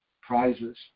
Prizes